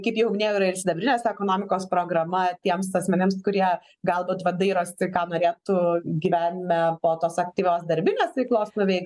kaip jau minėjau ir sidabrines ekonomikos programa tiems asmenims kurie galbūt vadai rasti ką norėtų gyvenime po tos aktyvios darbinės veiklos nuveikt